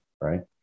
right